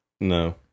No